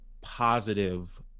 positive